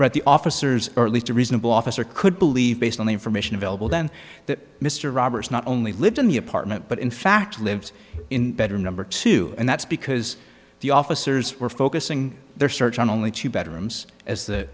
wrote the officers or at least a reasonable officer could believe based on the information available then that mr roberts not only lived in the apartment but in fact lives in better number two and that's because the officers were focusing their search on only two bedrooms as the